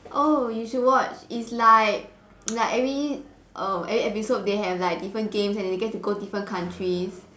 oh you should watch it's like like every err every episode they have like different games and they get to go different countries